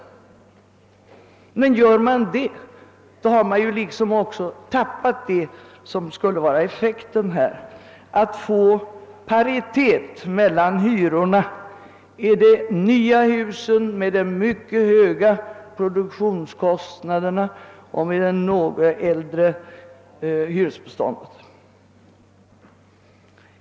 Skulle man göra det, skulle man nämligen å andra sidan >tappa bort» det som skulle vara den avsedda effekten, d.v.s. att erhålla paritet mellan hyrorna i de nya husen med de mycket höga produktionskostnaderna och hyrorna i det något äldre bostadsbeståndet.